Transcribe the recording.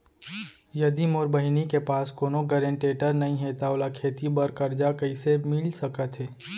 यदि मोर बहिनी के पास कोनो गरेंटेटर नई हे त ओला खेती बर कर्जा कईसे मिल सकत हे?